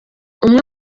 umwe